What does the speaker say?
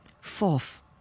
fourth